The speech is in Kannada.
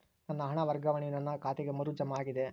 ನನ್ನ ಹಣ ವರ್ಗಾವಣೆಯು ನನ್ನ ಖಾತೆಗೆ ಮರು ಜಮಾ ಆಗಿದೆ